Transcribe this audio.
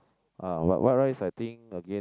ah but white rice I think again